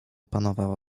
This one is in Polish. panowała